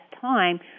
time